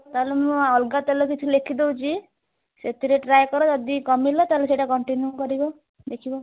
ତା'ହେଲେ ମୁଁ ଅଲଗା ତେଲ କିଛି ଲେଖି ଦେଉଛି ସେଥିରେ ଟ୍ରାଏ କର ଯଦି କମିଲା ତା'ହେଲେ ସେଇଟା କଣ୍ଟିନ୍ୟୁ କରିବ ଦେଖିବା